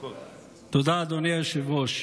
תודה, אדוני היושב-ראש.